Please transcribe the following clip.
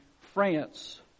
France